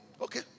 Okay